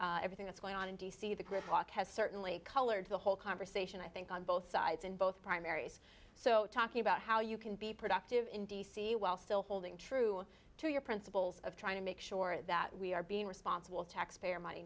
obviously everything that's going on in d c the gridlock has certainly colored the whole conversation i think on both sides in both primaries so talking about how you can be productive in d c while still holding true to your principles of trying to make sure that we are being responsible taxpayer money